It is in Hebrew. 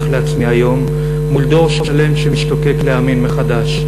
לעצמי היום מול דור שלם שמשתוקק להאמין מחדש.